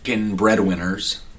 breadwinners